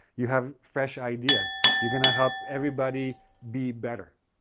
you have fresh ideas. you're going to help everybody be better.